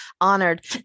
honored